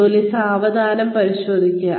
ജോലി സാവധാനം പരിശോധിക്കുക